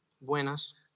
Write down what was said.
Buenas